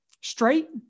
straight